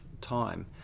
time